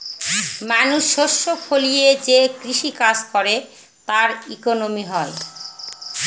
মানুষ শস্য ফলিয়ে যে কৃষি কাজ করে তার ইকোনমি হয়